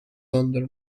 under